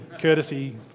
courtesy